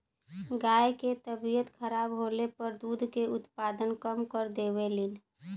गाय के तबियत खराब होले पर दूध के उत्पादन कम कर देवलीन